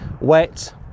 wet